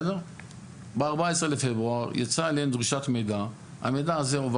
ב-14 בפברואר יצאה אליהם דרישת מידע.